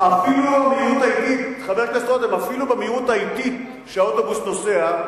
אפילו במהירות האטית שהאוטובוס נוסע,